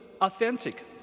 authentic